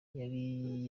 yari